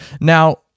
now